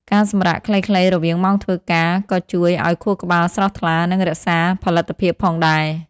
ការសម្រាកខ្លីៗរវាងម៉ោងធ្វើការ ក៏ជួយឱ្យខួរក្បាលស្រស់ថ្លា និងរក្សាផលិតភាពផងដែរ។